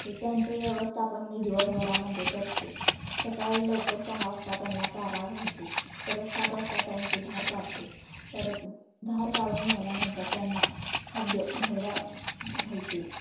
त्यांचे व्यवस्थापन मी दिवसभरामध्ये करते सकाळी लवकर सहा वाजता त्यांना चारा घालते परत सात वाजता त्यांची धार काढते परत धार काढून झाल्यानंतर त्यांना खाद्य भरडा घालते